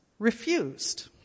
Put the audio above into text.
refused